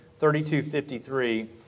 3253